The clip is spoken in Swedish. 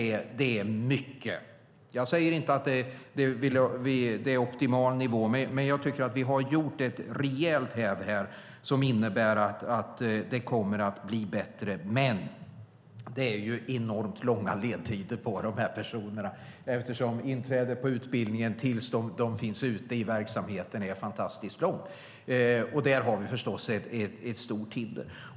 Det är mycket. Jag säger inte att det är en optimal nivå, men vi har gjort ett rejält häv som innebär att det kommer att bli bättre. Det är dock enormt långa ledtider när det gäller dessa personer. Tiden från att de inträder i utbildningen tills de är ute i verksamheten är oerhört lång. Där har vi förstås ett stort hinder.